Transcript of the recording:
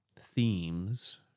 themes